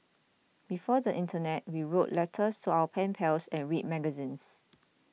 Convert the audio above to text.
before the internet we wrote letters to our pen pals and read magazines